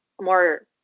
more